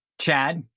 Chad